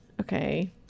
Okay